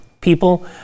people